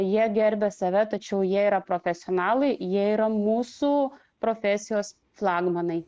jie gerbia save tačiau jie yra profesionalai jie yra mūsų profesijos flagmanai